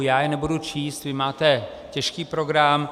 Já je nebudu číst, vy máte těžký program.